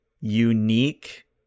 unique